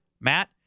Matt